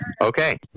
Okay